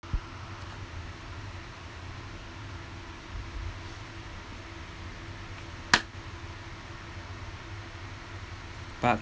part